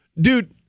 Dude